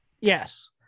Yes